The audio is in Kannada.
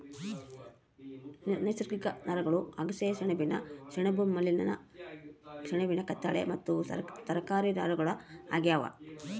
ನೈಸರ್ಗಿಕ ನಾರುಗಳು ಅಗಸೆ ಸೆಣಬಿನ ಸೆಣಬು ಮನಿಲಾ ಸೆಣಬಿನ ಕತ್ತಾಳೆ ಮತ್ತು ತರಕಾರಿ ನಾರುಗಳು ಆಗ್ಯಾವ